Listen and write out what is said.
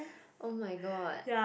oh-my-god